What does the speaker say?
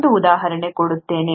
ಒಂದು ಉದಾಹರಣೆ ಕೊಡುತ್ತೇನೆ